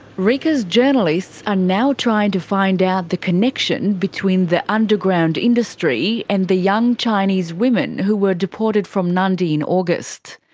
rika's journalists are now trying to find out the connection between the underground industry and the young chinese women who were deported from nadi in august.